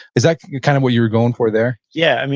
is that kind of what you were going for, there? yeah,